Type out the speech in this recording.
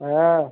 हाँ